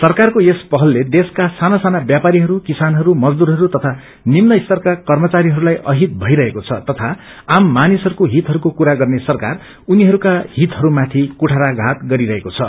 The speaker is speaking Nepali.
सरकारको यस कदम देशका स साना ब्यापारीहरू किसानस् मजदूरहरू तथा तल्लो स्तरका कर्मचारीहरूलाई अहित भइरहेको छ तया आम मानिसहरूको हितहयको कुरा गर्ने सरकार उनीहरूका हितहरूमाथि कुठाराघात गरीरहेको छ